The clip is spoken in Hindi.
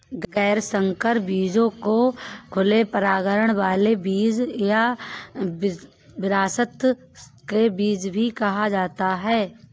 गैर संकर बीजों को खुले परागण वाले बीज या विरासत के बीज भी कहा जाता है